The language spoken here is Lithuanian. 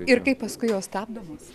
ir kaip paskui jos stabdomos